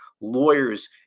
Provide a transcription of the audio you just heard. lawyers